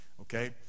Okay